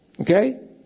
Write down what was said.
Okay